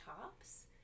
tops